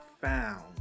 found